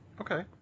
Okay